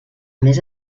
més